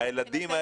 אבל מבחינתנו,